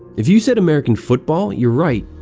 if you said american football, you're right.